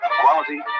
quality